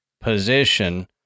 position